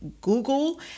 Google